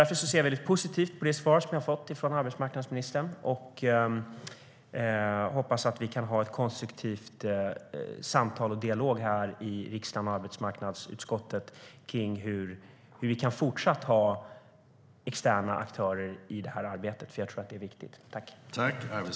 Därför ser jag mycket positivt på det svar som jag har fått från arbetsmarknadsministern och hoppas att vi kan ha ett konstruktivt samtal och en dialog här i kammaren och i arbetsmarknadsutskottet om hur vi fortsatt kan ha externa aktörer i detta arbete. Jag tror att det är viktigt.